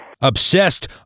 Obsessed